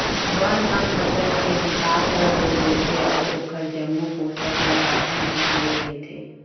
बन ह फसल के बिकास ल रोक देथे अउ ओखर जम्मो पोसक ल अपन ह ले लेथे